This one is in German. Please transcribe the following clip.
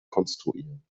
konstruieren